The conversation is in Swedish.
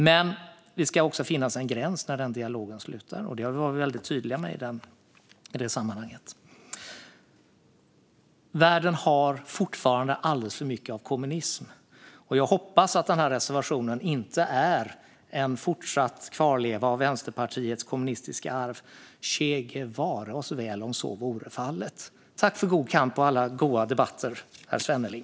Men det ska också finnas en gräns när den dialogen upphör; det har vi varit väldigt tydliga med i det sammanhanget. Världen har fortfarande alldeles för mycket av kommunism. Jag hoppas att den här reservationen inte är en fortsatt kvarleva av Vänsterpartiets kommunistiska arv. Che Guevara oss väl om så vore fallet! Tack för god kamp och alla goa debatter, herr Svenneling!